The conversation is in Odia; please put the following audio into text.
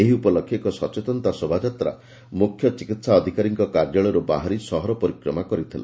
ଏହି ଉପଲକ୍ଷେ ଏକ ସଚେତନତା ଶୋଭାଯାତ୍ରା ମ୍ରଖ୍ୟ ଚିକିହାଧୁକାରୀଙ୍କ କାର୍ଯ୍ୟାଳୟର ବାହାରି ସହର ପରିକ୍ରମା କରିଥିଲା